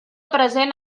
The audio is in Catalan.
present